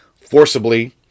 forcibly